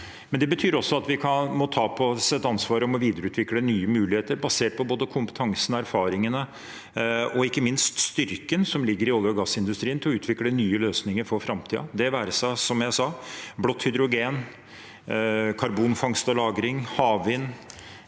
Det betyr også at vi må ta på oss et ansvar for å videreutvikle nye muligheter basert på både kompetansen, erfaringene og, ikke minst, styrken som ligger i olje- og gassindustrien, til å utvikle nye løsninger for framtiden – det være seg, som jeg sa, blått hydrogen, karbonfangst og -lagring, havvind